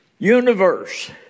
universe